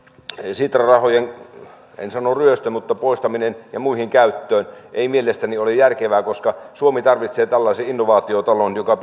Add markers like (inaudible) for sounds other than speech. sitran rahojen en sano ryöstö mutta poistaminen muuhun käyttöön ei mielestäni ole järkevää koska suomi tarvitsee tällaisen innovaatiotalon joka (unintelligible)